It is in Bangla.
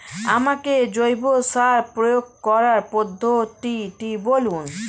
আমাকে জৈব সার প্রয়োগ করার পদ্ধতিটি বলুন?